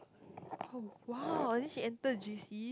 oh !wow! then she enter J_C